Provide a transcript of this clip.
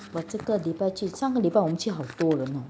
我这个礼拜去上个礼拜去好多人啊